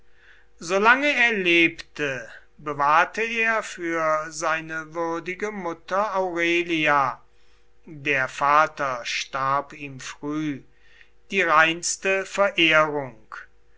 solange er lebte bewahrte er für seine würdige mutter aurelia der vater starb ihm früh die reinste verehrung